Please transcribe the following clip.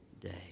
day